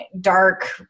dark